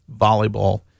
volleyball